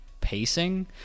pacing